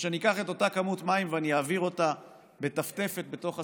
או אם אני אקח את אותה כמות מים ואני אעביר אותה בטפטפת בתוך השרפה,